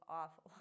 awful